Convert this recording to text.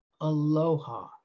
Aloha